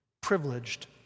privileged